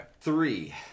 three